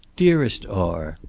dearest r,